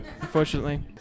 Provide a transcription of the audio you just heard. unfortunately